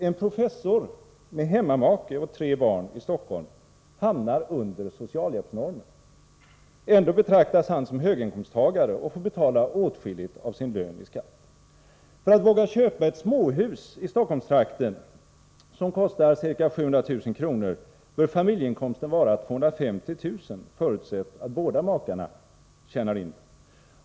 En professor med hemmamake och tre barn i Stockholm hamnar under socialhjälpsnormen. Ändå betraktas han som höginkomsttagare och får betala åtskilligt av sin lön i skatt. För att man skall våga köpa ett småhus i Stockholmstrakten, som kostar ca 700 000 kr., bör familjeinkomsten vara ca 250 000 kr., förutsatt att båda makarna tjänar in den.